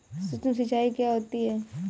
सुक्ष्म सिंचाई क्या होती है?